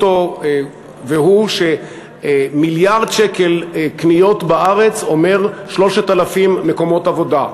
והוא שמיליארד שקל קניות בארץ אומר 3,000 מקומות עבודה.